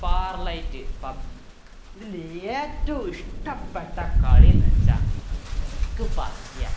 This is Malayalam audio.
ഫാർ ലൈറ്റ് പബ്ജി ഇതിലേറ്റവും ഇഷ്ടപ്പെട്ട കളിയെന്നു വെച്ചാൽ നിക്ക് പബ്ജിയാണ്